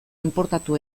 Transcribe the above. inportatu